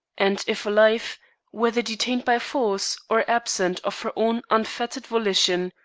and if alive, whether detained by force or absent of her own unfettered volition,